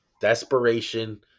desperation